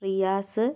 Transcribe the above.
Riyas